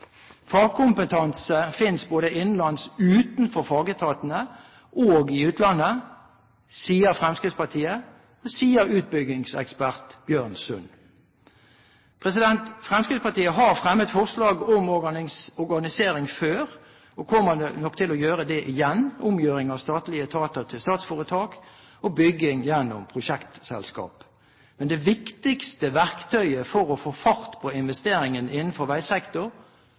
Fagkompetanse finnes både innenlands utenfor fagetatene og i utlandet, sier Fremskrittspartiet – sier utbyggingsekspert Bjørn Sund. Fremskrittspartiet har fremmet forslag om organisering før, og kommer nok til å gjøre det igjen – omgjøring av statlige etater til statsforetak og bygging gjennom prosjektselskap. Men det viktigste verktøyet for å få fart på investeringene innenfor